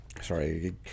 Sorry